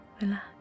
relax